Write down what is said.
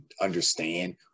understand